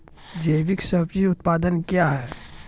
जैविक सब्जी उत्पादन क्या हैं?